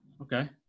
Okay